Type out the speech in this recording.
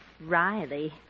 Riley